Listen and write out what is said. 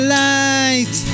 light